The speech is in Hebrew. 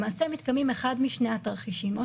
למעשה מתקיימים אחד משני התרחישים או